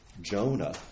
Jonah